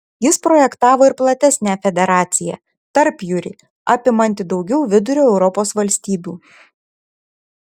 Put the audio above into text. jis projektavo ir platesnę federaciją tarpjūrį apimantį daugiau vidurio europos valstybių